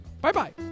Bye-bye